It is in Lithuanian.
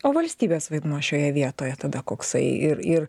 o valstybės vaidmuo šioje vietoje tada koksai ir ir